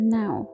now